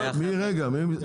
מי זה פה ממשרד המשפטים?